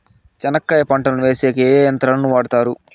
చెనక్కాయ పంటను వేసేకి ఏ యంత్రాలు ను వాడుతారు?